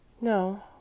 no